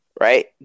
right